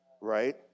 right